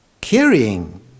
carrying